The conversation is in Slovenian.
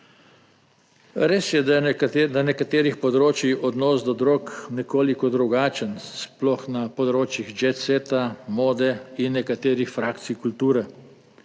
Res je, da je na nekaterih področjih odnos do drog nekoliko drugačen sploh na področjih je / nerazumljivo/ mode in nekaterih frakcij kulture.